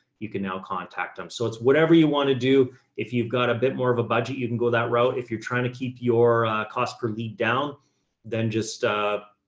you can now contact them. so it's whatever you want to do. if you've got a bit more of a budget, you can go that route. if you're trying to keep your cost per lead down then just a,